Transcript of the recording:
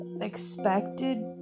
expected